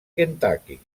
kentucky